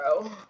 bro